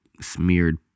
smeared